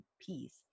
peace